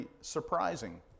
surprising